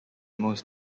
most